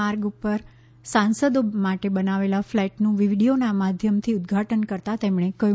માર્ગ ઉપર સાંસદો માટે બનાવેલા ફ્લેટનું વીડિયોના માધ્યમથી ઉદઘાટન કર્યું